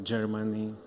Germany